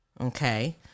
Okay